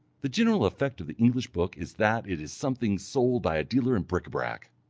the general effect of the english book is that it is something sold by a dealer in bric-a-brac,